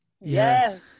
Yes